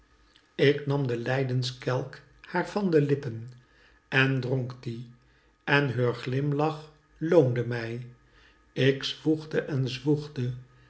ik nam den lijdenskelk haar van de lippen en dronk dien en heur glimlach loonde mij ik zwoegde en